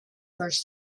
first